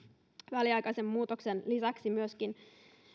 väliaikaisen muutoksen lisäksi myöskin